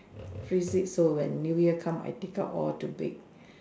freeze it so when new year come I take out all to bake